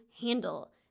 handle